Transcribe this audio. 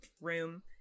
room